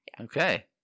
Okay